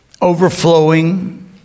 overflowing